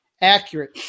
accurate